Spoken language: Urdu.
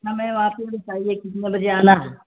ہاں میم آپ یہ بتائیے کتنا بجے آنا ہے